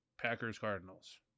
Packers-Cardinals